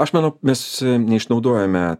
aš manau mes neišnaudojame